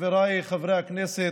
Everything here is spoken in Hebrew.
חבריי חברי הכנסת,